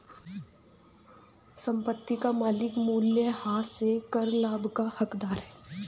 संपत्ति का मालिक मूल्यह्रास से कर लाभ का हकदार है